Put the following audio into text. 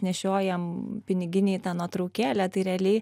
nešiojam piniginėj tą nuotraukėlę tai realiai